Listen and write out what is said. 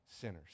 sinners